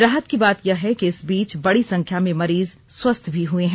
राहत की बात यह है कि इस बीच बड़ी संख्या में मरीज स्वस्थ भी हुए है